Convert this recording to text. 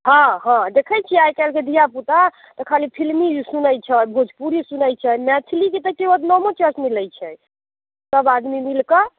हँ हँ देखैत छी आइ काल्हिके धिया पूता खाली फिल्मी गीत सुनैत छै आओर भोजपुरी सुनैत छै मैथिलीके तऽ केओ नामो नहि लै छै सब आदमी मिलकऽ